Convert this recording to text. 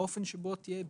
באופן שבו תהיה בלעדיות,